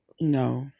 no